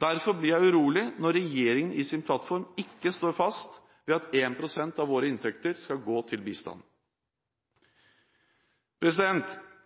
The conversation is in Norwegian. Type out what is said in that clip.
Derfor blir jeg urolig når regjeringen i sin plattform ikke står fast ved at 1 pst. av våre inntekter skal gå til bistand.